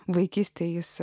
vaikystėje jis